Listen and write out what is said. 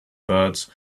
birds